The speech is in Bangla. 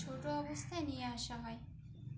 ছোটো অবস্থায় নিয়ে আসা হয়